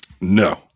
No